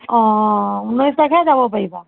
অঁ ঊনৈছ তাৰিখে যাব পাৰিবা